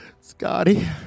Scotty